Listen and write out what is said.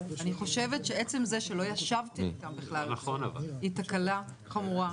אני חושבת שעצם זה שלא ישבתם איתם בכלל היא תקלה חמורה.